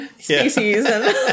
species